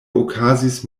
okazis